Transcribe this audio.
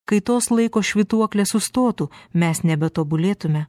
kai tos laiko švytuoklė sustotų mes nebe tobulėtume